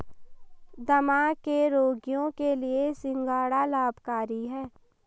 दमा के रोगियों के लिए सिंघाड़ा लाभकारी है